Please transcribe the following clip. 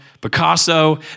Picasso